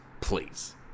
please